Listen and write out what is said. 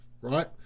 Right